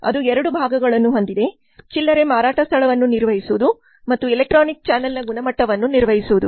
ಅದು ಎರಡು ಭಾಗಗಳನ್ನು ಹೊಂದಿದೆ ಚಿಲ್ಲರೆ ಮಾರಾಟಸ್ಥಳವನ್ನು ನಿರ್ವಹಿಸುವುದು ಮತ್ತು ಎಲೆಕ್ಟ್ರಾನಿಕ್ ಚಾನೆಲ್ನ ಗುಣಮಟ್ಟವನ್ನು ನಿರ್ವಹಿಸುವುದು